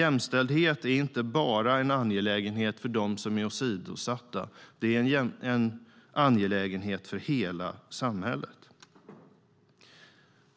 Jämställdhet är inte bara en angelägenhet för dem som är åsidosatta. Det är en angelägenhet för hela samhället.